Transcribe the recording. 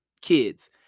Kids